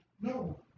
No